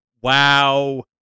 WoW